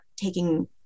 taking